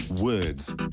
Words